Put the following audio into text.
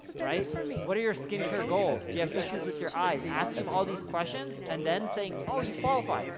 right? what are your skincare goals? do you have issues with your eyes, asking em all these questions, and then saying, oh, you qualify.